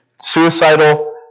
suicidal